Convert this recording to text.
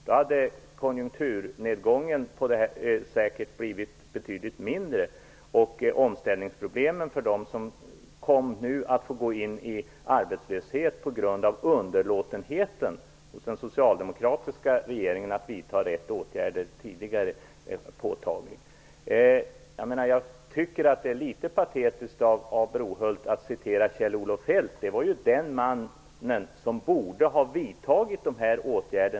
Då hade konjunkturnedgången säkert blivit betydligt mindre och omställningsproblemen för dem som kom att gå ut i öppen arbetslöshet på grund av den socialdemokratiska regeringens underlåtenhet att vidta rätt åtgärder att bli mindre påtagliga. Jag tycker att det är litet patetiskt av Lönnroth att citera Kejll-Olof Feldt. Han var den man som borde ha vidtagit dessa åtgärder.